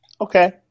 Okay